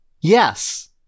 yes